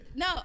No